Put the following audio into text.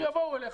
שיבואו אליך.